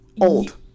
old